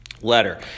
letter